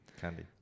candy